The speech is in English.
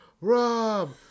Rob